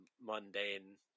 mundane